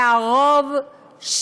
והרוב,